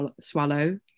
swallow